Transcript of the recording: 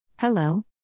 Hello